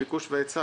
מביקוש והיצע.